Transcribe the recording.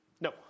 No